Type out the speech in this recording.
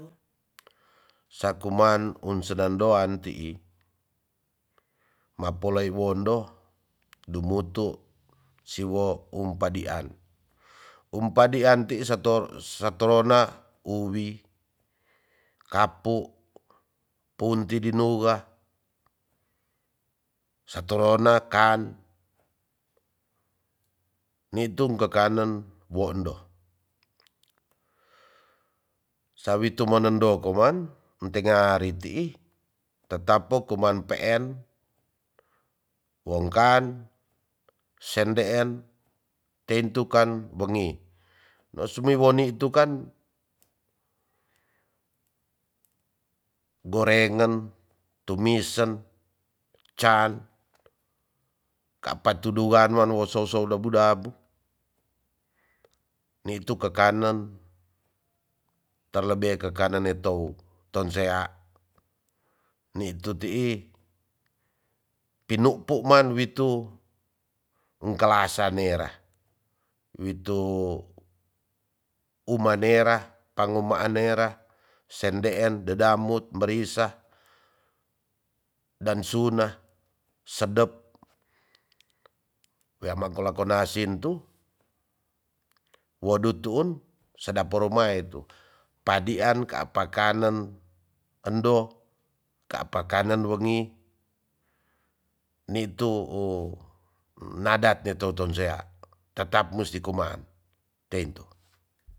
Sa kuman un sedan doan tii mapola iwondo dumutu siwo um padian um padian tii sa tolona uwi kapu punti dinuga satorona kan nitu ngkekanen bondo wawitu monendo koman en tenga ari tii tetap po koman peen wongkan sendeen teintukan bengi la sumiwoni tu kan borengan, tumisen, can, kapa tudu wanwan wo soso dabu dabu nitu kekanen terlebe kekanen netou tonsea nitu tii pinu puman witu ung kalasa nera witu uma nera pangu ma nera sendeen dedamut merisa dansuna sedep wea ma gola gonasin tu wo dutun sedap o rumae tu padian kapa kanen endo kapa kanen wo ni nitu u nadat de tou tonsea tetap mustu kuman tentu.